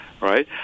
right